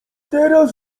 teraz